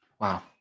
wow